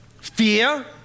Fear